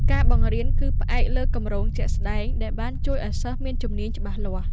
ការបង្រៀនគឺផ្អែកលើ គម្រោងជាក់ស្តែង ដែលបានជួយឱ្យសិស្សមានជំនាញច្បាស់លាស់។